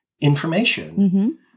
information